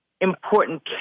important